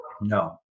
No